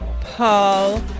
Paul